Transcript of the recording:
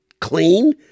clean